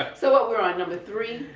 so what we are on number three?